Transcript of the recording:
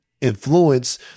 influence